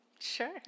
Sure